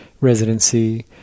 residency